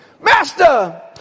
master